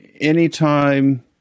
anytime